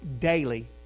daily